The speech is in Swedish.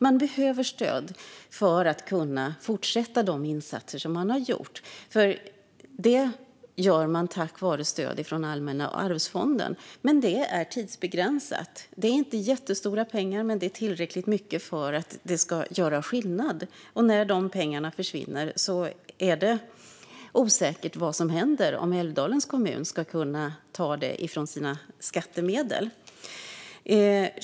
Man behöver stöd för att fortsätta de insatser som man har gjort tack vare stödet från Allmänna arvsfonden, men det är tidsbegränsat. Det är inte jättestora pengar, men det är tillräckligt mycket för att det ska göra skillnad. När dessa pengar försvinner är det osäkert vad som händer och om Älvdalens kommun ska kunna ta dem från sina skattemedel.